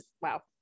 wow